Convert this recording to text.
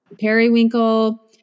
periwinkle